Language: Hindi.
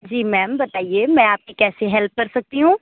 जी मैम बताइए मैं आपकी कैसे हेल्प कर सकती हूँ